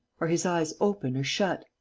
are his eyes open or shut?